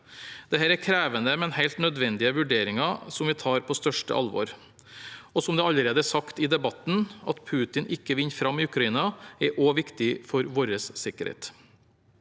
Dette er krevende, men helt nødvendige vurderinger som vi tar på største alvor. Som det allerede er sagt i debatten: At Putin ikke vinner fram i Ukraina, er også viktig for vår sikkerhet.